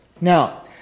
Now